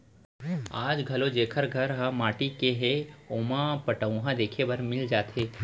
आज घलौ जेकर घर ह माटी के हे ओमा पटउहां देखे बर मिल जाथे